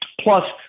Plus